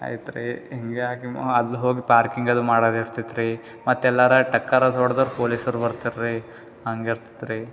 ಆಯ್ತುರಿ ಹಿಂಗೆ ಆಗಿ ಮ ಅಲ್ಲಿ ಹೋಗಿ ಪಾರ್ಕಿಂಗ್ ಅದು ಮಾಡೋದು ಇರ್ತಿತ್ತು ರೀ ಮತ್ತು ಎಲ್ಲರೆ ಟಕ್ಕರದು ಹೊಡೆದ್ರೆ ಪೊಲೀಸರು ಬರ್ತಾರೆ ರೀ ಹಂಗೆ ಇರ್ತಿತ್ತು ರೀ